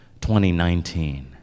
2019